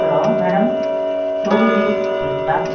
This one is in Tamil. hello madam Ruby